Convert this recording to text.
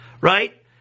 right